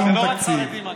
שום תקציב.